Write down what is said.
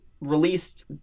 released